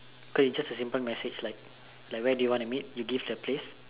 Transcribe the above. because is just a simple message like where you want to meet you give the place